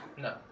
no